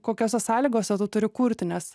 kokiose sąlygose tu turi kurti nes